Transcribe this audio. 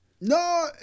No